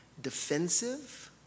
defensive